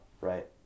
Right